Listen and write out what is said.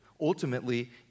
Ultimately